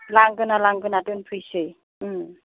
लांगोना लांगोना दोनफैसै ओं